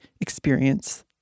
experience